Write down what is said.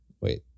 Wait